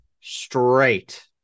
Straight